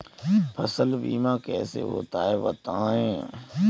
फसल बीमा कैसे होता है बताएँ?